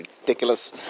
ridiculous